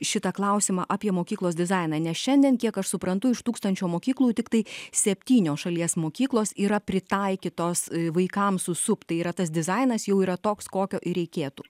šitą klausimą apie mokyklos dizainą nes šiandien kiek aš suprantu iš tūkstančio mokyklų tiktai septynios šalies mokyklos yra pritaikytos vaikams su sup tai yra tas dizainas jau yra toks kokio ir reikėtų